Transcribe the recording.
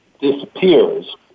disappears